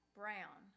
brown